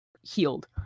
healed